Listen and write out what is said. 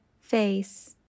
face